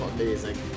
Amazing